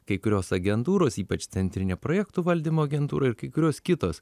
kai kurios agentūros ypač centrinė projektų valdymo agentūra ir kai kurios kitos